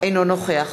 אינו נוכח